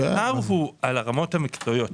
השכר הוא על הרמות המקצועיות,